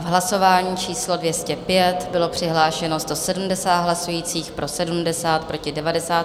Hlasování číslo 205, přihlášeno 170 hlasujících, pro 70, proti 90.